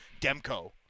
Demko